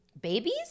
babies